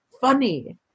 funny